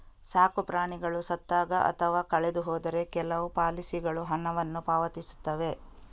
ಸಾಕು ಪ್ರಾಣಿಗಳು ಸತ್ತಾಗ ಅಥವಾ ಕಳೆದು ಹೋದರೆ ಕೆಲವು ಪಾಲಿಸಿಗಳು ಹಣವನ್ನು ಪಾವತಿಸುತ್ತವೆ